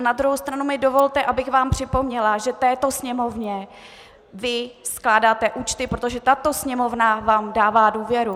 Na druhou stranu mi dovolte, abych vám připomněla, že této Sněmovně vy skládáte účty, protože tato Sněmovna vám dává důvěru.